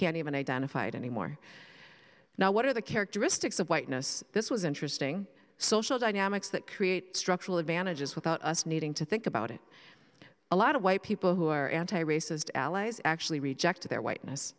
can't even identify it anymore now what are the characteristics of whiteness this was interesting social dynamics that create structural advantages without us needing to think about it a lot of white people who are anti racist allies actually reject the